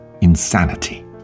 insanity